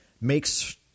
makes